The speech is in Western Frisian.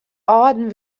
âlden